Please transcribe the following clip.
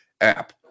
app